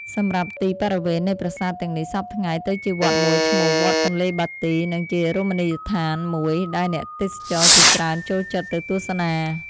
សម្រាប់ទីបរិវេណនៃប្រាសាទទាំងនេះសព្វថៃ្ងទៅជាវត្តមួយឈ្មោះ វត្តទនេ្លបាទី និងជារមណីដ្ឋានមួយ ដែលអ្នកទេសចរណ៍ជាច្រើនចូលចិត្តទៅទស្សនា។